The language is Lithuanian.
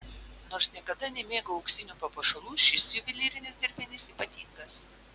nors niekada nemėgau auksinių papuošalų šis juvelyrinis dirbinys ypatingas